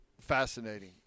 fascinating